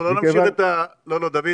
אנחנו לא נמשיך את ה דוד,